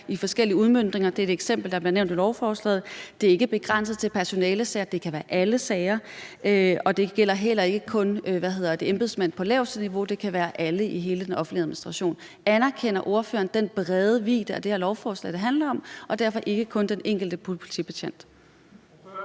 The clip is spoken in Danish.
i forskellige udmøntninger. Det er et eksempel, der bliver nævnt i lovforslaget. Det er ikke begrænset til personalesager, det kan være alle sager. Det gælder heller ikke kun embedsmænd på laveste niveau. Det kan være alle i hele den offentlige administration. Anerkender ordføreren den brede vidde af det, som det her lovforslag handler om, og at det derfor ikke kun gælder den enkelte politibetjent?